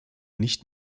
nicht